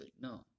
No